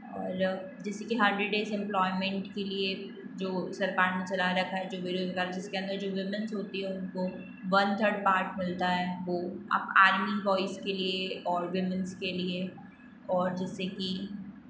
और जैसे कि हडरेड डेज़ एम्प्लॉयमेंट के लिए जो सरकार ने चला रखा है जो बेरोज़गार जिसके अंदर जो विमेन होती हैं उनको वन थर्ड पार्ट मिलता है वो अब आर्मी बॉयज़ के लिए और विमेन के लिए और जैसी के